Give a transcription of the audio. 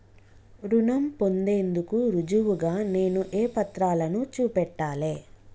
రుణం పొందేందుకు రుజువుగా నేను ఏ పత్రాలను చూపెట్టాలె?